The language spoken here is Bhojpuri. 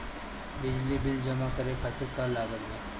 बिजली बिल जमा करे खातिर का का लागत बा?